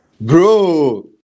Bro